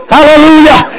Hallelujah